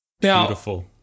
Beautiful